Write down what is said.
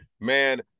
man